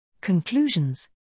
Conclusions